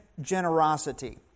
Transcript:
generosity